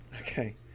Okay